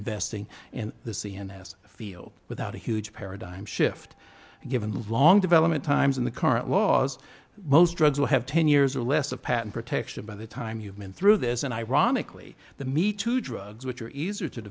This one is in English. investing in the cns field without a huge paradigm shift given long development times in the current laws most drugs will have ten years or less a patent protection by the time you've been through this and ironically the me too drugs which are easier to